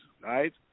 right